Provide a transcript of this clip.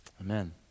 Amen